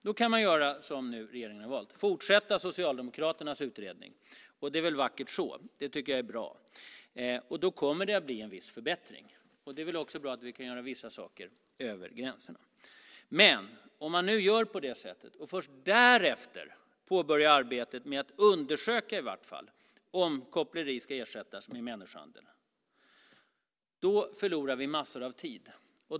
Då kan man göra som regeringen nu har valt, nämligen att fortsätta Socialdemokraternas utredning. Det är väl vackert så, och jag tycker att det är bra. Då kommer det att bli en viss förbättring, och det är väl också bra att vi kan göra vissa saker över gränserna. Men om man nu gör på detta sätt och först därefter påbörjar arbetet med att undersöka om brottet koppleri ska ersättas med brottet människohandel förlorar vi massor av tid.